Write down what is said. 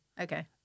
Okay